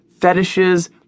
fetishes